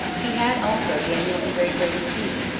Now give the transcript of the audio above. he had also daniel in very great esteem,